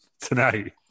tonight